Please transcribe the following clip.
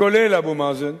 כולל אבו מאזן,